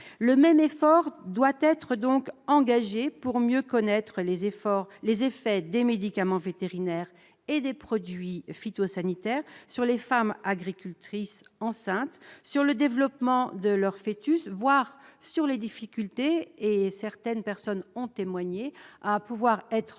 Le même effort doit être engagé pour mieux connaître les effets des médicaments vétérinaires et des produits phytosanitaires sur les femmes agricultrices enceintes, sur le développement de leur foetus, voire sur les difficultés- certaines personnes ont témoigné en ce sens